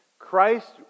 Christ